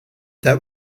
that